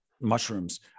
mushrooms